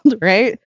right